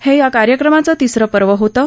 हे या कार्यक्रमाचं तिसरं पर्व होतं